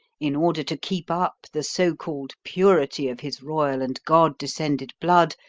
in order to keep up the so-called purity of his royal and god-descended blood,